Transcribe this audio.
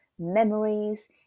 memories